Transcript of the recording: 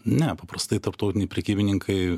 ne paprastai tarptautiniai prekybininkai